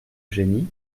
geny